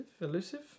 Elusive